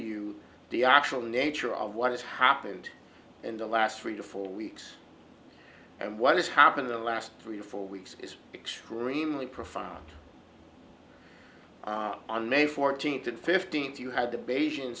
you the actual nature of what has happened in the last three to four weeks and what has happened the last three or four weeks is extremely profound on may fourteenth and fifteenth you had the beijing